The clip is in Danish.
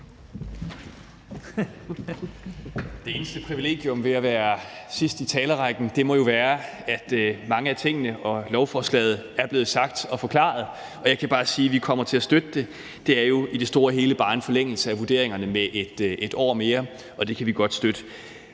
Det eneste privilegium ved at være sidst i talerrækken må jo være, at mange af tingene i forbindelse med lovforslaget er blevet sagt og forklaret, og jeg kan bare sige, at vi kommer til at støtte det. Det er jo i det store hele bare en forlængelse af vurderingerne med et år mere, og det kan vi godt støtte.